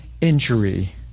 injury